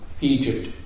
Egypt